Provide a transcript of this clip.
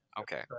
Okay